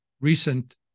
recent